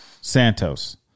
Santos